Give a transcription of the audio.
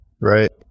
Right